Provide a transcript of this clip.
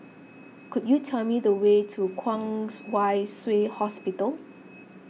could you tell me the way to Kwong Wai Shiu Hospital